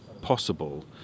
possible